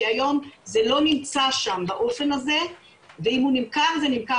כי היום זה לא נמצא שם באופן הזה ואם הוא נמכר זה נמכר